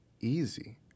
easy